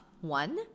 One